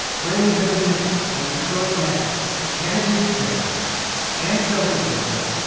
when we have admitted that because matter cannot be eternal and self-existent,